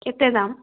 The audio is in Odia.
କେତେ ଦାମ